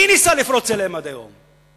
מי ניסה לפרוץ אליהם עד היום?